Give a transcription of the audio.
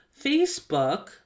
Facebook